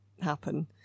happen